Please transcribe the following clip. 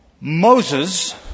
Moses